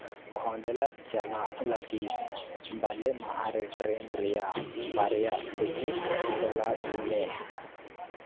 ᱠᱷᱚᱱᱰᱮᱞᱟ ᱪᱟᱞᱟᱜ ᱞᱟᱹᱜᱤᱫ ᱵᱟᱞᱮ ᱢᱟᱦᱟᱨᱮ ᱴᱨᱮᱹᱱ ᱨᱮᱭᱟᱜ ᱵᱟᱨᱭᱟ ᱴᱤᱠᱤᱴ ᱛᱚᱞᱟᱥ ᱢᱮ